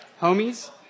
Homies